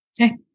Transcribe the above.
Okay